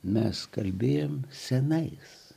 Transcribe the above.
mes kalbėjome senais